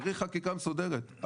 צריך חקיקה מסודרת,